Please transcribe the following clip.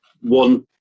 one